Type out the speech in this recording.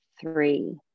three